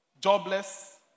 jobless